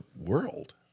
world